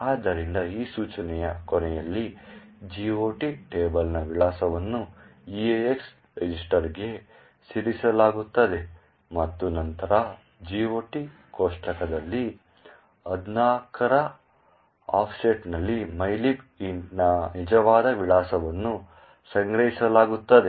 ಆದ್ದರಿಂದ ಈ ಸೂಚನೆಯ ಕೊನೆಯಲ್ಲಿ GOT ಟೇಬಲ್ನ ವಿಳಾಸವನ್ನು EAX ರಿಜಿಸ್ಟರ್ಗೆ ಸರಿಸಲಾಗುತ್ತದೆ ಮತ್ತು ನಂತರ GOT ಕೋಷ್ಟಕದಲ್ಲಿ 14 ರ ಆಫ್ಸೆಟ್ನಲ್ಲಿ mylib int ನ ನಿಜವಾದ ವಿಳಾಸವನ್ನು ಸಂಗ್ರಹಿಸಲಾಗುತ್ತದೆ